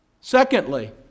Secondly